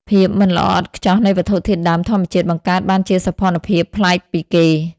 ភាពមិនល្អឥតខ្ចោះនៃវត្ថុធាតុដើមធម្មជាតិ បង្កើតបានជាសោភ័ណភាពប្លែកពីគេ។